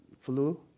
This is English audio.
flu